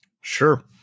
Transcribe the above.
Sure